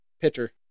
pitcher